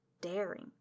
daring